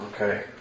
Okay